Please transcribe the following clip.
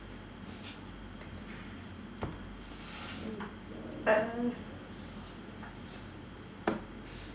uh